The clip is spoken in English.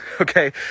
okay